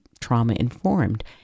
trauma-informed